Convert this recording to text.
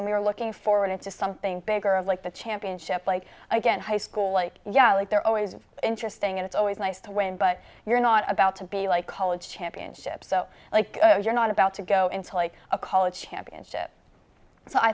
and we're looking forward to something bigger like the championship like again high school like yeah like they're always interesting it's always nice to win but you're not about to be like college championship so like you're not about to go into like a college championship